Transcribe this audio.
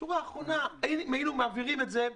אם היינו מעבירים את זה,